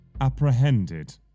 apprehended